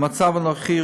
במצב הנוכחי,